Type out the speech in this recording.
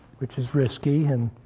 which is risky, and